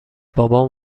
بابام